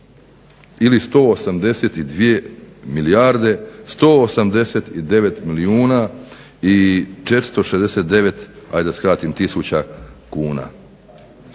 ili 182 milijarde 189 milijuna i 469 ajd da skratim tisuća kuna.